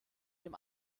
dem